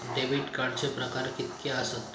Debit कार्डचे प्रकार कीतके आसत?